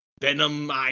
venom